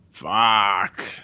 Fuck